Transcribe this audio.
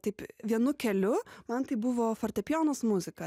taip vienu keliu man tai buvo fortepijonas muzika